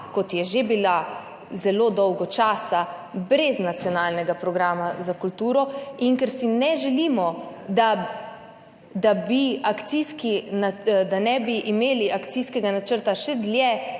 kot je že bila zelo dolgo časa, brez nacionalnega programa za kulturo, in ker ne želimo, da ne bi imeli akcijskega načrta še dlje,